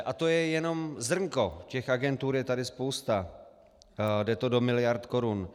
A to je jenom zrnko, těch agentur je tady spousta, jde to do miliard korun.